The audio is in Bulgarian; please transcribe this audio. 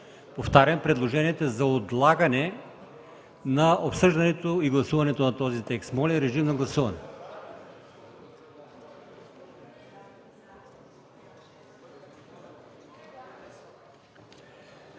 Повтарям, предложението е за отлагане на обсъждането и гласуването на този текст. Моля, режим на гласуване.